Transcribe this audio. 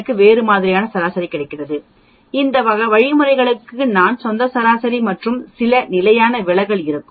எனக்கு ஒரு பெரிய சராசரி இருக்கும் இந்த வழிமுறைகளுக்கு அதன் சொந்த சராசரி மற்றும் சில நிலையான விலகல் இருக்கும்